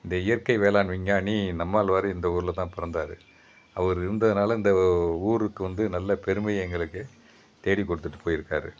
இந்த இயற்கை வேளாண் விஞ்ஞானி நம்மால்வாரு இந்த ஊரில் தான் பிறந்தாரு அவர் இருந்ததுனால இந்த ஊருக்கு வந்து நல்ல பெருமை எங்களுக்கு தேடி கொடுத்துட்டு போயிருக்காரு